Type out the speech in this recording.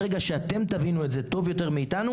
ברגע שאתם תבינו את זה טוב יותר מאיתנו